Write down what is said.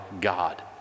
God